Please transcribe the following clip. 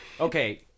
Okay